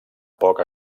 poc